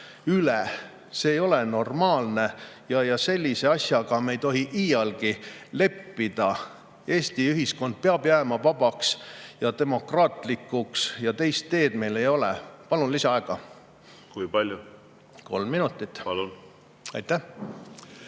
üle. See ei ole normaalne ja sellise asjaga me ei tohi iialgi leppida. Eesti ühiskond peab jääma vabaks ja demokraatlikuks, teist teed meil ei ole. Palun lisaaega. Kui palju? Kolm minutit. Kolm minutit.